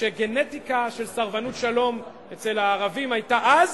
שגנטיקה של סרבנות שלום אצל הערבים היתה אז